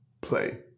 play